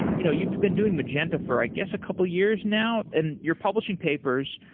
you know you've been doing magenta for i guess a couple years now and you're publishing papers.